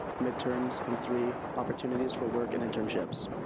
midterms and three, opportunities for work and internships.